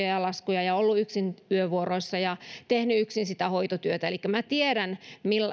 ja ja laskuja ja ollut yksin yövuoroissa ja tehnyt yksin sitä hoitotyötä elikkä minä tiedän